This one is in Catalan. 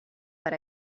per